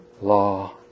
law